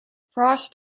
frost